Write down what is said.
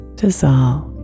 dissolve